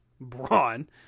Braun